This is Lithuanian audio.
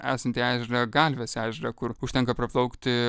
esantį ežerą galvės ežerą kur užtenka praplaukti